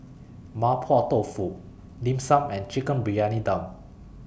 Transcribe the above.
Mapo Tofu Dim Sum and Chicken Briyani Dum